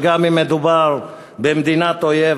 שגם אם מדובר במדינת אויב,